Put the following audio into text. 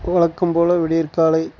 வழக்கம் போல விடியற்காலை